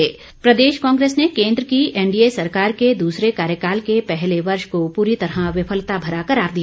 कांग्रेस प्रदेश कांग्रेस ने केन्द्र की एनडीए सरकार के दूसरे कार्यकाल के पहले वर्ष को पूरी तरह विफलता भरा करार दिया